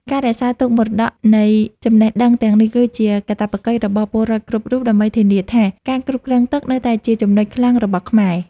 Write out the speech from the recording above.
ការរក្សាទុកមរតកនៃចំណេះដឹងទាំងនេះគឺជាកាតព្វកិច្ចរបស់ពលរដ្ឋគ្រប់រូប ដើម្បីធានាថាការគ្រប់គ្រងទឹកនៅតែជាចំណុចខ្លាំងរបស់ខ្មែរ។